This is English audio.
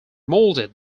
molded